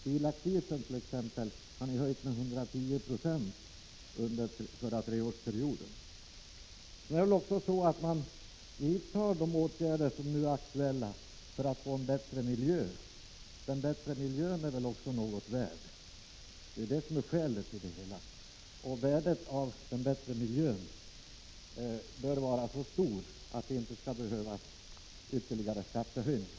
Bilaccisen t.ex. har höjts med 110 96 under treårsperioden. Sedan är det väl också så att man vidtar de åtgärder som nu är aktuella för att få en bättre miljö. Den bättre miljön är väl också något värd. Värdet av bättre miljö bör vara så stort att det inte skall behövas ytterligare skattehöjningar.